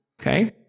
Okay